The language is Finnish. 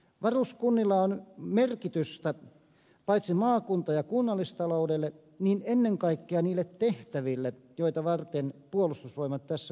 varuskunnilla on merkitystä paitsi maakunta ja kunnallistaloudelle myös ennen kaikkea niille tehtäville joita varten puolustusvoimat tässä maassa ovat